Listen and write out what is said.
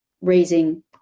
raising